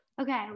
okay